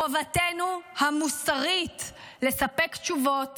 חובתנו המוסרית לספק תשובות